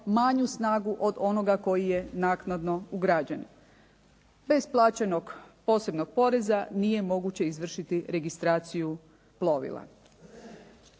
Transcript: manju snagu od onoga koji je naknadno ugrađen. Bez plaćenog posebnog poreza nije moguće izvršiti registraciju plovila.